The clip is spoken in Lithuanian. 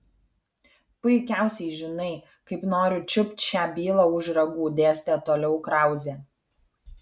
puikiausiai žinai kaip noriu čiupt šią bylą už ragų dėstė toliau krauzė